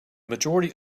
majority